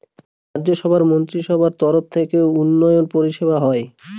রাজ্য সভার মন্ত্রীসভার তরফ থেকে উন্নয়ন পরিষেবা হয়